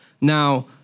Now